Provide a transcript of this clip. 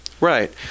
right